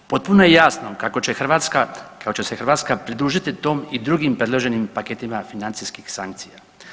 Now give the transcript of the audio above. Potpuno je jasno kako će Hrvatska, kako će se Hrvatska pridružiti tom i drugim predloženim paketima financijskih sankcija.